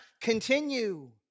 Continue